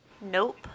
Nope